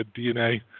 DNA